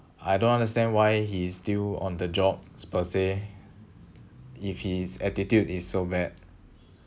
I don't understand why he is still on the job per se if his attitude is so bad